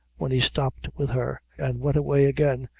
when he stopped with her, and went away again,